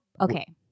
okay